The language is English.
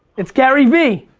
it's garyvee!